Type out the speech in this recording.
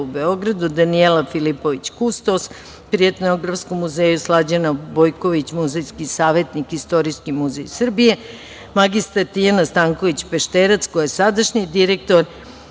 u Beogradu, Danijela Filipović, kustos pri Etnografskom muzeju, Slađana Bojković, muzejski savetnik Istorijski muzej Srbije, mr Tijana Stanković Pešterac sadašnji direktor